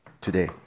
today